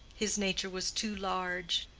his nature was too large,